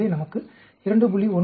எனவே நமக்கு 2